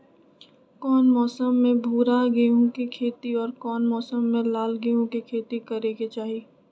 कौन मौसम में भूरा गेहूं के खेती और कौन मौसम मे लाल गेंहू के खेती करे के चाहि?